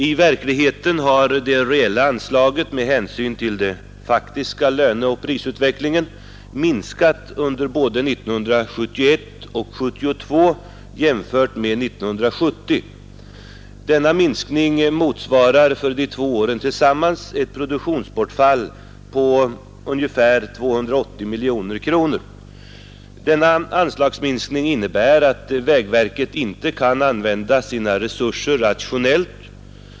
I verkligheten har de reella anslagen med hänsyn till den faktiska löneoch prisutvecklingen minskat under både 1971 och 1972 jämfört med 1970. Denna minskning motsvarar för de två åren tillsammans ett produktionsbortfall på ungefär 280 miljoner kronor. Denna anslagsminskning innebär att vägverket inte kan använda sina resurser rationellt.